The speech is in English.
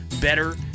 better